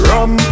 Rum